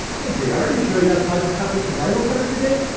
hey, j r! you showing us how to cut with the vinyl cutter today?